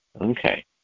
Okay